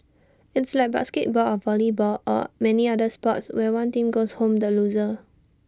it's like basketball or volleyball or many other sports where one team goes home the loser